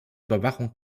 überwachung